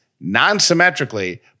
non-symmetrically